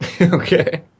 Okay